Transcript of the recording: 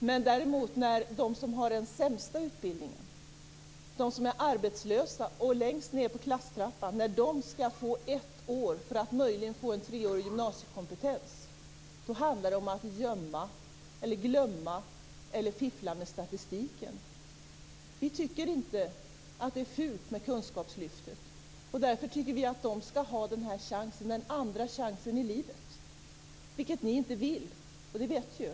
Men när de som har den sämsta utbildningen, de som är arbetslösa och längst ned på klasstrappan skall få ett år för att möjligen få en treårig gymnasiekompetens handlar det om att gömma, glömma eller fiffla med statistiken. Vi tycker inte att det är fult med kunskapslyftet. Därför tycker vi att de skall ha den här andra chansen i livet, vilket ni inte vill. Det vet Per Unckel.